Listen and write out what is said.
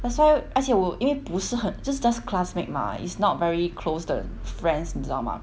that's why 而且我因为不是很 just just classmate mah is not very close 的 friends 你知道吗